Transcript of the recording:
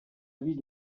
vis